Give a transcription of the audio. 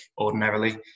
ordinarily